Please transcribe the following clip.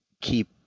keep